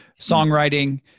songwriting